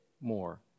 more